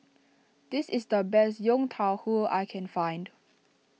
this is the best Yong Tau Foo that I can find